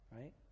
Right